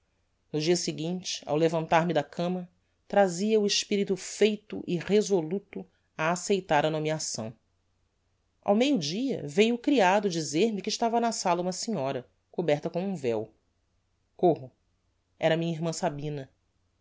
no dia seguinte ao levantar mo da cama trazia o espirito feito e resoluto a aceitar a nomeação ao meio dia veiu o creado dizer-me que estava na sala uma senhora coberta com um véo corro era minha irmã sabina